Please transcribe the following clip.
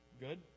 Good